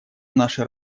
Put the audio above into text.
наше